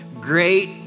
Great